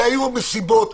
כשהיו מסיבות,